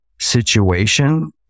situation